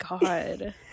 God